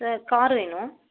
sir car வேணும்